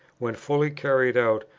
when fully carried out,